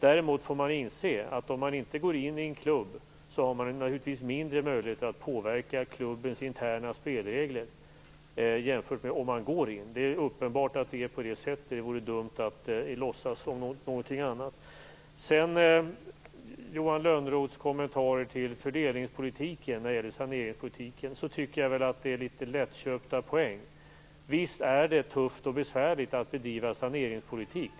Däremot får man inse att om man inte går in i en klubb har man naturligtvis mindre möjligheter att påverka klubbens interna spelregler än om man går in. Det är uppenbart att det är på det sättet; det vore dumt att låtsas någonting annat. När det gäller Johan Lönnroths kommentarer till fördelningspolitiken i samband med saneringspolitiken tycker jag att det är litet lättköpta poänger. Visst är det tufft och besvärligt att bedriva saneringspolitik.